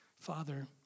Father